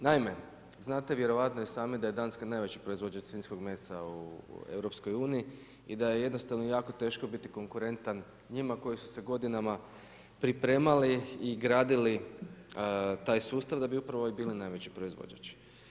Naime, znate vjerojatno i sami da je Danska najveći proizvođač svinjskog mesa u EU i da je jednostavno jako teško biti konkurentan njima koji su se godinama pripremali i gradili taj sustav da bi upravo bili najveći proizvođač.